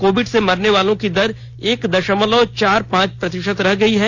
Covid से मरने वालों की दर एक दशमलव चार पांच प्रतिशत रह गई है